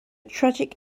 tragic